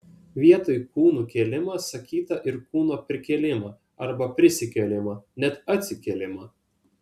vietoj kūnų kėlimą sakyta ir kūno prikėlimą arba prisikėlimą net atsikėlimą